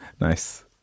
nice